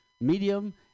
medium